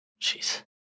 Jeez